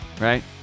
right